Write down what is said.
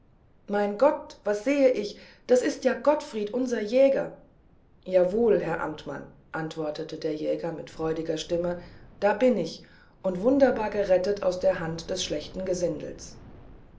mein gott was sehe ich das ist ja gottfried unser jäger jawohl herr amtmann antwortete der jäger mit freudiger stimme da bin ich und wunderbar gerettet aus der hand des schlechten gesindels